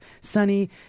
Sunny